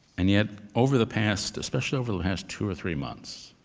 and yet over the past, especially over the last two or three months,